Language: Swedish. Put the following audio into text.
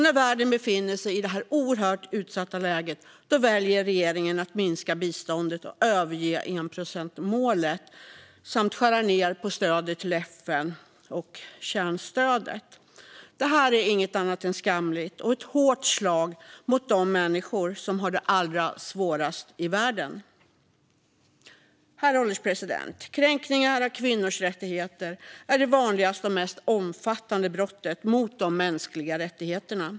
När världen befinner sig i detta oerhört utsatta läge väljer regeringen att minska biståndet och överge enprocentsmålet samt skära ned på stödet till FN och kärnstödet. Detta är inget annat än skamligt och ett hårt slag mot de människor som har det allra svårast i världen. Herr ålderspresident! Kränkningar av kvinnors rättigheter är det vanligaste och mest omfattande brottet mot de mänskliga rättigheterna.